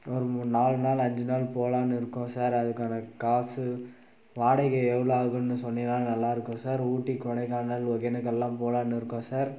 ஒரு மூ நாலு நாள் அஞ்சு நாள் போகலான் இருக்கோம் சார் அதுக்கான காசு வாடகை எவ்வளோ ஆகுன்னு சொன்னீங்கன்னால் நல்லாயிருக்கும் சார் ஊட்டி கொடைக்கானல் ஒகேனக்கல்லாம் போகலான் இருக்கோம் சார்